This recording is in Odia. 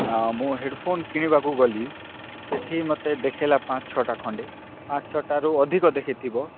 ଆଉ ମୁଁ ହେଡ଼୍ ଫୋନ୍ କିଣିବାକୁ ଗଲି ସେଠି ମୋତେ ଦେଖେଇଲା ପାଞ୍ଚ ଛଅଟା ଖଣ୍ଡେ ପାଞ୍ଚ ଛଅଟାରୁ ଅଧିକ ଦେଖେଇଥିବ